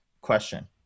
question